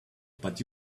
but